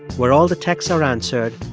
where all the texts are answered.